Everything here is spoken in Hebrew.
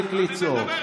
תפסיק לצעוק.